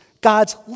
God's